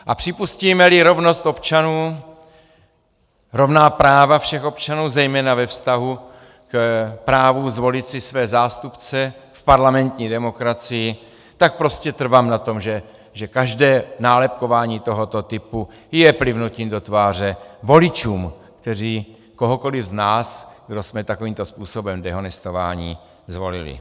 A připustímeli rovnost občanů, rovná práva všech občanů, zejména ve vztahu k právu zvolit si své zástupce v parlamentní demokracii, tak prostě trvám na tom, že každé nálepkování tohoto typu je plivnutím do tváře voličům, kteří kohokoliv z nás, kdo jsme takovýmto způsobem dehonestováni, zvolili.